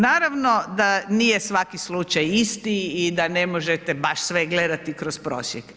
Naravno da nije svaki slučaj isti i da ne možete baš sve gledati kroz prosjek.